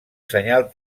senyal